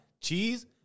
cheese